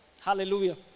Hallelujah